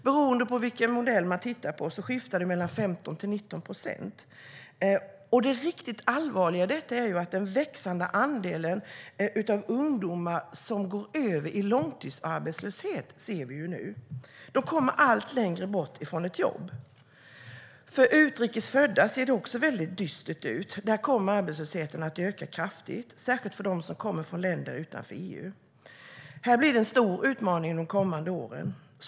Beroende på vilken modell man tittar på skiftar det mellan 15 och 19 procent. Det riktigt allvarliga i detta är den växande andelen ungdomar som går över i långtidsarbetslöshet som vi nu ser. De kommer allt längre bort ifrån ett jobb. För utrikes födda ser det också väldigt dystert ut. Där kommer arbetslösheten att öka kraftigt, särskilt för dem som kommer från länder utanför EU. Här blir det en stor utmaning de kommande åren.